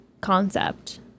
concept